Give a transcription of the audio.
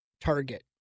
target